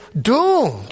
doomed